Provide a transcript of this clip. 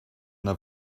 yna